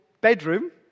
bedroom